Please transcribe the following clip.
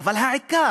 אבל העיקר,